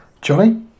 Johnny